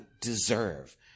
deserve